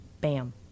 bam